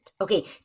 Okay